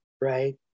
right